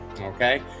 Okay